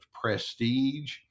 prestige